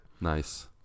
Nice